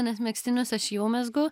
nes megztinius aš jau mezgu